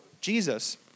Jesus